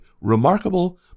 remarkable